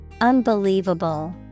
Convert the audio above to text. Unbelievable